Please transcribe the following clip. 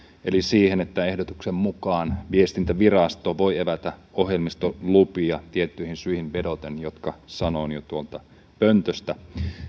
eli siihen että ehdotuksen mukaan viestintävirasto voi evätä ohjelmistolupia tiettyihin syihin vedoten jotka sanoin jo tuolta pöntöstä